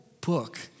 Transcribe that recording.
book